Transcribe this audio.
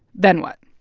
then what?